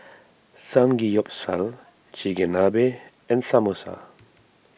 Samgeyopsal Chigenabe and Samosa